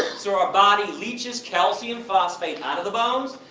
so our body leeches calcium, phosphate out of the bones,